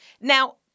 Now